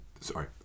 Sorry